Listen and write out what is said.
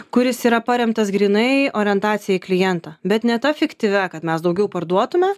kuris yra paremtas grynai orientacija į klientą bet ne ta fiktyvia kad mes daugiau parduotume